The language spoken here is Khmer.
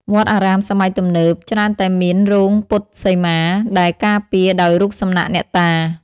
វត្តអារាមសម័យទំនើបច្រើនតែមាន រោងពុទ្ធសីមា ដែលការពារដោយរូបសំណាកអ្នកតា។